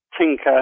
tinker